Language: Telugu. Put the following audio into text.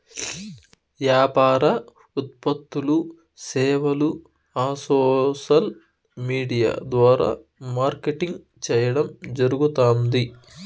యాపార ఉత్పత్తులూ, సేవలూ ఆ సోసల్ విూడియా ద్వారా మార్కెటింగ్ చేయడం జరగుతాంది